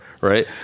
right